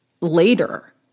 later